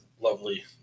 lovely